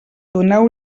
doneu